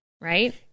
Right